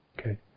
Okay